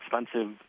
expensive